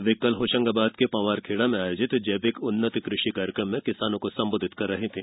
वे कल होशंगाबाद के पंवारखेड़ा में आयोजित जैविक उन्नत क षि कार्यक्रम में किसानों को संबोधित कर रहीं थी